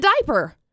diaper